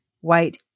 white